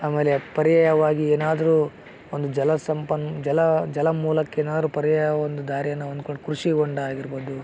ಆಮೇಲೆ ಪರ್ಯಾಯವಾಗಿ ಏನಾದರು ಒಂದು ಜಲ ಸಂಪನ್ನ ಜಲಾ ಜಲ ಮೂಲಕ್ಕೆನಾದ್ರು ಪರ್ಯಾಯ ಒಂದು ದಾರಿಯನ್ನು ಹೊಂದ್ಕೊಂಡು ಕೃಷಿ ಹೊಂಡ ಆಗಿರ್ಬೋದು